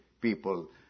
people